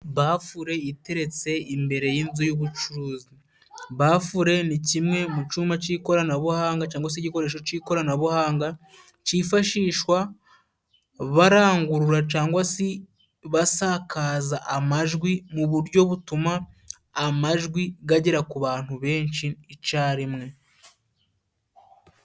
Bafule iteretse imbere y'inzu y'ubucuruzi. Bafure ni kimwe mu cyuma cy'ikoranabuhanga cyangwa se igikoresho cy'ikoranabuhanga, cyifashishwa barangurura cyangwa se basakaza amajwi mu buryo butuma amajwi gagera ku bantu benshi icyarimwe.